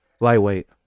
lightweight